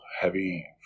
heavy